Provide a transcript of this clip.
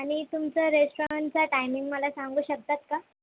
आणि तुमचं रेस्टॉरंटचं टाइमिंग मला सांगू शकतात का